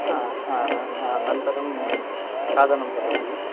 हा हा हा अनन्तरं खादनं करोमि